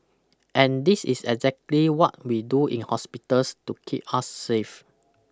and this is exactly what we do in hospitals to keep us safe